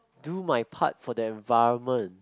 do my part for the environment